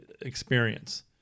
experience